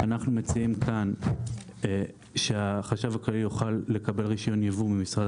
אנחנו מציעים כאן שהחשב הכללי יוכל לקבל רישיון יבוא ממשרד